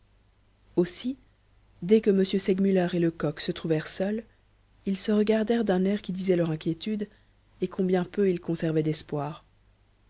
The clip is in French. aussi dès que m segmuller et lecoq se trouvèrent seuls ils se regardèrent d'un air qui disait leur inquiétude et combien peu ils conservaient d'espoir